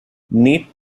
neat